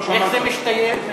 איך זה מתיישב עם,